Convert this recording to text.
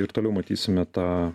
ir toliau matysime tą